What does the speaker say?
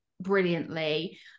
brilliantly